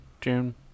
June